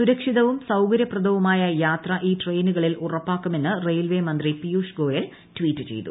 സുരക്ഷിതവും സൌകര്യപ്രദവുമായ യാത്ര ഈ ട്രെയിനുകളിൽ ഉറപ്പാക്കുമെന്ന് റെയിൽവേ മന്ത്രി പിയൂഷ് ഗോയൽ ട്വീറ്റ് ചെയ്തു